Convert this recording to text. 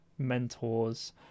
mentors